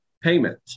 payment